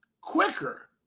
Quicker